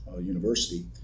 University